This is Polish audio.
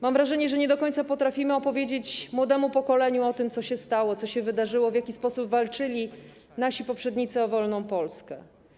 Mam wrażenie, że nie do końca potrafimy opowiedzieć młodemu pokoleniu o tym, co się stało, co się wydarzyło, w jaki sposób walczyli nasi poprzednicy o wolną Polskę.